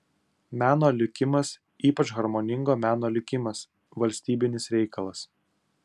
meno likimas ypač harmoningo meno likimas valstybinis reikalas